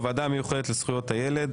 הוועדה המיוחדת לזכויות הילד.